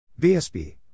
BSB